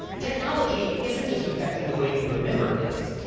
technology isn't just affecting the way we remember things.